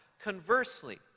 conversely